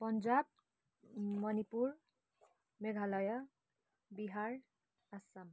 Punjab Manipur Meghalaya Bihar Assam